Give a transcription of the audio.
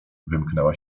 wymknęła